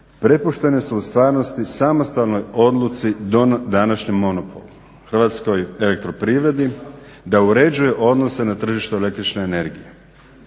prepuštene su u stvarnosti samostalnoj odluci današnjem monopolu, HEP-u da uređuje odnose na tržištu električne energije.